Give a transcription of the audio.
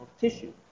tissue